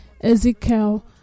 Ezekiel